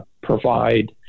provide